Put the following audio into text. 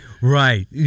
Right